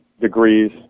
degrees